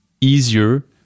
easier